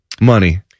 money